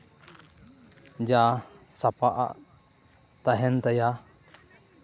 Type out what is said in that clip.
ᱡᱟ ᱥᱟᱯᱟᱵ ᱟᱜ ᱛᱟᱦᱮᱱ ᱛᱟᱭᱟ